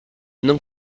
non